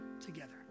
together